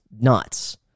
nuts